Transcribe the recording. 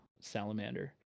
Salamander